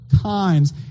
times